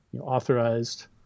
authorized